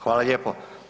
Hvala lijepo.